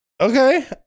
okay